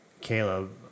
Caleb